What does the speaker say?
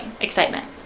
excitement